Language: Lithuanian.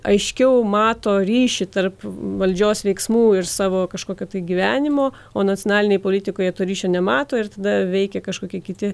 aiškiau mato ryšį tarp valdžios veiksmų ir savo kažkokio tai gyvenimo o nacionalinėje politikoje to ryšio nemato ir tada veikia kažkokie kiti